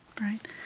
Right